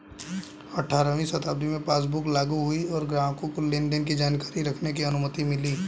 अठारहवीं शताब्दी में पासबुक लागु हुई और ग्राहकों को लेनदेन की जानकारी रखने की अनुमति मिली